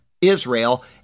Israel